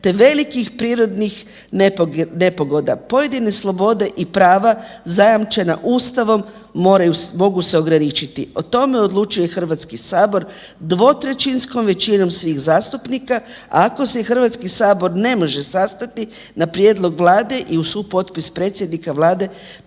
te velikih prirodnih nepogoda, pojedine slobode i prava zajamčena Ustavom mogu se ograničiti. O tome odlučuje Hrvatski sabor dvotrećinskom većinom svih zastupnika, ako se Hrvatski sabor ne može sastati na prijedlog Vlade i uz supotpis predsjednika Vlade,